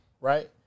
right